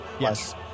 yes